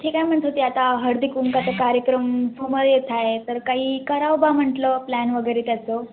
ठीक आहे म्हणत होती आता हळदीकुंकवाचं कार्यक्रम समोर येत आहे तर काही करावं बा म्हटलं प्लॅन वगैरे त्याचं